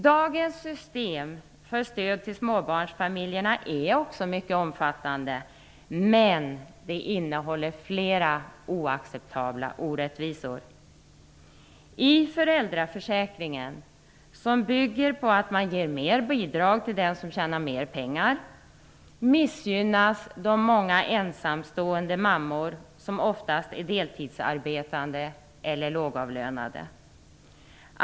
Dagens system för stöd till småbarnsfamiljerna är också mycket omfattande, men det innehåller flera oacceptabla orättvisor. I föräldraförsäkringen, som bygger på att man ger mer bidrag till den som tjänar mer pengar, missgynnas de många ensamstående mammor som oftast är deltidsarbetande eller lågavlönade.